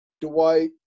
Dwight